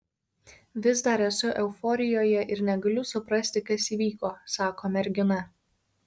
vis dar esu euforijoje ir negaliu suprasti kas įvyko sako mergina